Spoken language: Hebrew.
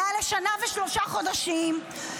מעל לשנה ושלושה חודשים,